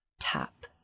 tap